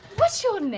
what's your